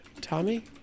Tommy